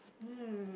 um